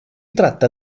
tratta